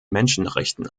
menschenrechten